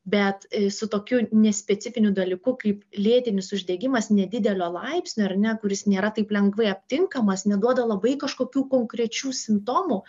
bet su tokiu nespecifiniu dalyku kaip lėtinis uždegimas nedidelio laipsnio ar ne kuris nėra taip lengvai aptinkamas neduoda labai kažkokių konkrečių simptomų